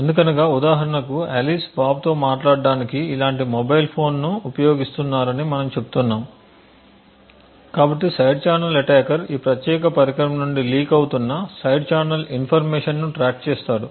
ఎందుకనగా ఉదాహరణకు ఆలిస్ బాబ్తో మాట్లాడటానికి ఇలాంటి మొబైల్ ఫోన్ను ఉపయోగిస్తున్నారని మనము చెప్తున్నాము కాబట్టి సైడ్ ఛానల్ అటాకర్ ఈ ప్రత్యేక పరికరం నుండి లీక్ అవుతున్న సైడ్ ఛానల్ ఇన్ఫర్మేషన్ను ట్రాక్ చేస్తాడు